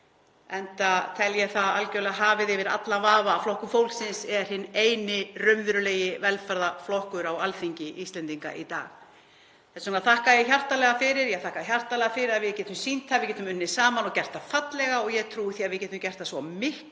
enda tel ég það algjörlega hafið yfir allan vafa að Flokkur fólksins er hinn eini raunverulegi velferðarflokkur á Alþingi Íslendinga í dag. Þess vegna þakka ég hjartanlega fyrir. Ég þakka hjartanlega fyrir að við getum sýnt að við getum unnið saman og gert það fallega og ég trúi því að við getum gert svo miklu,